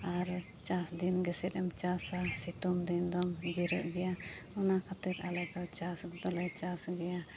ᱟᱨ ᱪᱟᱥ ᱫᱤᱱ ᱜᱮᱥᱮᱫ ᱮᱢ ᱪᱟᱥᱟ ᱥᱤᱛᱩᱝ ᱫᱤᱱ ᱫᱚᱢ ᱡᱤᱨᱟᱹᱜ ᱜᱮᱭᱟ ᱚᱱᱟ ᱠᱷᱟᱛᱤᱨ ᱟᱞᱮ ᱫᱚ ᱪᱟᱥ ᱫᱚᱞᱮ ᱪᱟᱥ ᱜᱮᱭᱟ